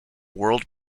world